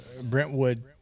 Brentwood